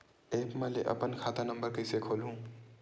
App म ले अपन खाता नम्बर कइसे खोलहु?